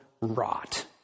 rot